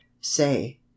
say